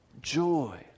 joy